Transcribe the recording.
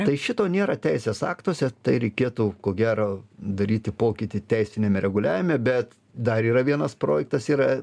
tai šito nėra teisės aktuose tai reikėtų ko gero daryti pokytį teisiniame reguliavime bet dar yra vienas projektas yra